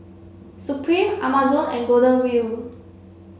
Supreme Amazon and Golden Wheel